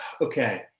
Okay